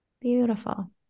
Beautiful